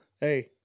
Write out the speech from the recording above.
Hey